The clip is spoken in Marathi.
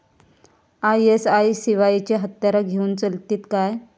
आय.एस.आय शिवायची हत्यारा घेऊन चलतीत काय?